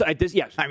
yes